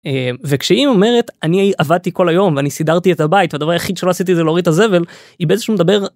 וכשהיא אומרת אני עבדתי כל היום ואני סידרתי את הבית הדבר היחיד שלא עשיתי זה להוריד את הזבל היא באיזשהו מדבר